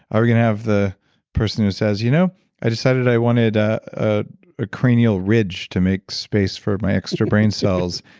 are we going to have the person who says, you know i decided i wanted a ah cranial ridge to make space for my extra brain cells?